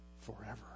forever